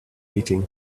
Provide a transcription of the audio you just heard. eating